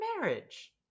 marriage